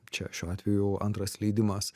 čia šiuo atveju antras leidimas